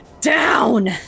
down